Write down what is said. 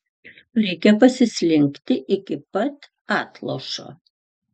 reikia pasislinkti iki pat atlošo